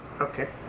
Okay